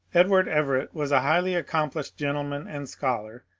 edward everett was a highly accomplished gentleman and scholar,